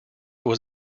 was